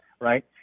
right